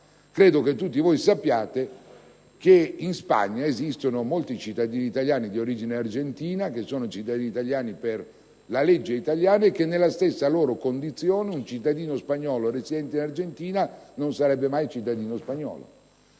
Credo che tutti voi sappiate che in Spagna esistono molti cittadini italiani di origini argentina che sono cittadini italiani per la legge italiana e che, nella stessa loro condizione, un cittadino spagnolo residente in Argentina non sarebbe mai un cittadino spagnolo.